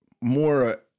more